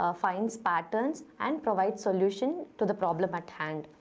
ah finds patterns and provides solution to the problem at hand.